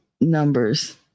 numbers